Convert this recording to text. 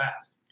fast